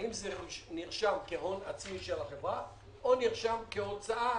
האם זה נרשם כהון עצמי של החברה, או נרשם כהוצאה.